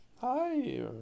Hi